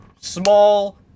small